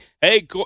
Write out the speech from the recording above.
Hey